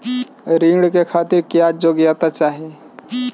ऋण के खातिर क्या योग्यता चाहीं?